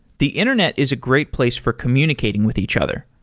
the internet is a great place for communicating with each other.